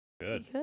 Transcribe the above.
Good